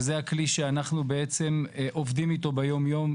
וזה הכלי שאנחנו בעצם עובדים אתו ביומיום,